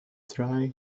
try